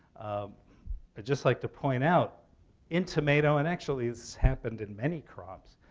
um ah just like to point out in tomato and actually, it's happened in many crops.